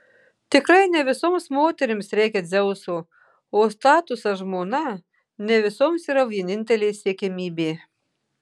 tikrai ne visoms moterims reikia dzeuso o statusas žmona ne visoms yra vienintelė siekiamybė